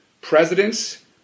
presidents